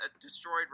destroyed